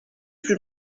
plus